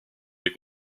des